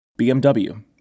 BMW